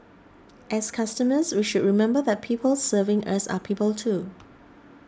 as customers we should remember that the people serving us are people too